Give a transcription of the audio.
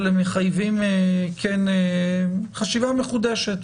אבל הם מחייבים כן חשיבה מחודשת,